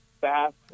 fast